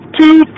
two